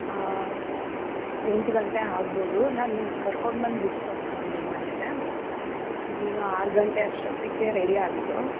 ಎಂಟು ಗಂಟೆ ಆಗಬಹುದು ನಾನು ಕರ್ಕೊಂಡು ಬಂದು ಬಿಟ್ಟು ಹೋಗ್ತೀನಿ ನಿಮ್ಮ ಮನೆಗೆ ನೀನು ಆರು ಗಂಟೆ ಅಷ್ಟೊತ್ತಿಗೆ ರೆಡಿಯಾಗಿರು